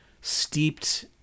steeped